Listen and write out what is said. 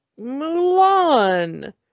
Mulan